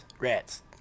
Rats